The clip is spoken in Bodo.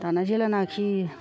दाना जेब्लानाखि